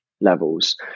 levels